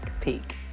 peek